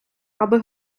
аби